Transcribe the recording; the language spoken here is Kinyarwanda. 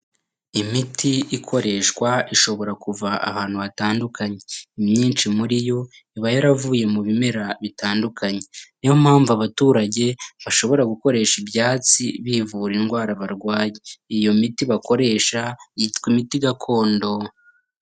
Imiti ikoreshwa ishobora kuva ahantu hatandukanye, imyinshi muri yo, iba yaravuye ahantu hatandukanye. Niyo mpamvu abaturage bashobora gukoresha bivura indwara barwaye, iyo miti bakoresha yitwa imiti gakondo.